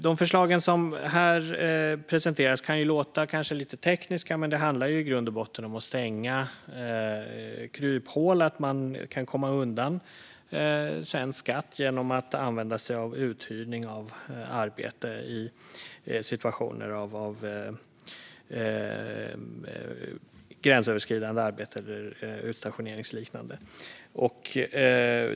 De förslag som presenteras här kan kanske låta lite tekniska, men de handlar i grund och botten om att stänga kryphål när det gäller att komma undan svensk skatt genom att använda sig av uthyrning av arbetare i situationer med gränsöverskridande arbete eller utstationeringsliknande arbete.